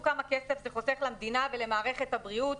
כמה כסף זה חוסך למדינה ולמערכת הבריאות,